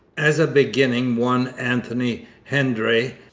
as a beginning one anthony hendry,